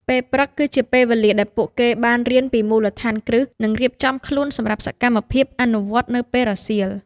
ពេលព្រឹកគឺជាពេលវេលាដែលពួកគេបានរៀនពីមូលដ្ឋានគ្រឹះនិងរៀបចំខ្លួនសម្រាប់សកម្មភាពអនុវត្តន៍នៅពេលរសៀល។